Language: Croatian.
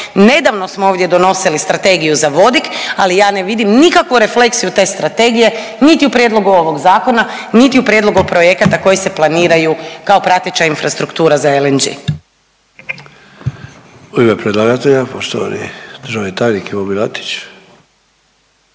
Nedavno smo ovdje donosili Strategiju za vodik, ali ja ne vidim nikakvu refleksiju te strategije niti u prijedlogu ovog zakona, niti u prijedlogu projekata koji se planiraju kao prateća infrastruktura za LNG. **Sanader, Ante (HDZ)** U ime predlagatelja poštovani državni tajnik Ivo Milatić.